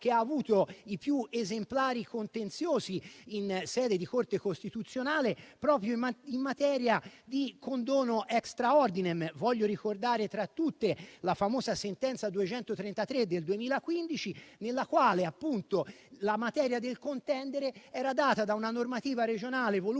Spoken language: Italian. che ha avuto i più esemplari contenziosi in sede di Corte costituzionale proprio in materia di condono *extra ordinem*. Voglio ricordare, tra tutte, la famosa sentenza n. 233 del 2015, nella quale la materia del contendere era costituita da una normativa regionale voluta